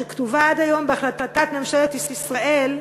שכתובה עד היום בהחלטת ממשלת ישראל,